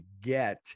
get